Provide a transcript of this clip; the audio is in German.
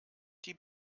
die